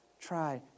Try